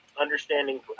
understanding